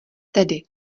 tedy